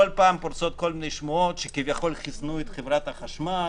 כל פעם פורצות כל מיני שמועות שכביכול חיסנו את חברת החשמל,